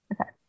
Okay